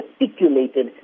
articulated